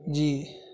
جی